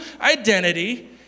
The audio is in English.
identity